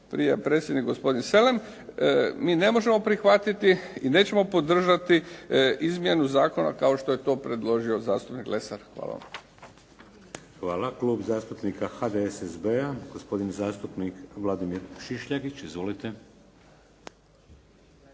prije predsjednik gospodin Selem mi ne možemo prihvatiti i nećemo podržati izmjenu zakona kao što je to predložio zastupnik Lesar. Hvala. **Šeks, Vladimir (HDZ)** Hvala. Klub zastupnika HDSSB-a, gospodin zastupnik Vladimir Šišljagić. Izvolite.